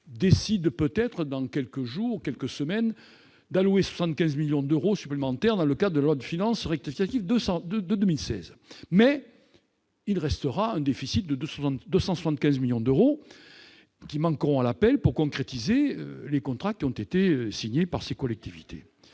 décider, dans quelques jours ou quelques semaines, d'allouer à ces projets 75 millions d'euros supplémentaires, dans le cadre de la loi de finances rectificative pour 2017. Restera néanmoins un déficit de 275 millions d'euros, qui manqueront à l'appel pour concrétiser les contrats qui ont été signés par ces collectivités.